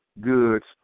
goods